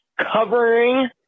covering